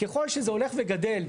ככל שזה הולך וגדל,